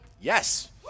Yes